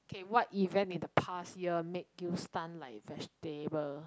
okay what event in the past year make you stun like vegetable